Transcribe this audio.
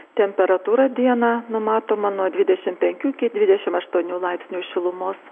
temperatūra dieną numatoma nuo dvidešim penkių iki dvidešim aštuonių laipsnių šilumos